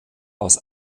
aus